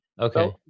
Okay